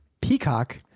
Peacock